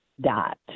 dot